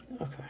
Okay